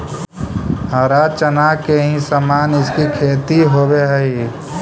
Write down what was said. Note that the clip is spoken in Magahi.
हरा चना के ही समान इसकी खेती होवे हई